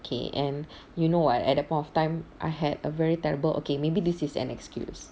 okay and you know at at that point of time I had a very terrible okay maybe this is an excuse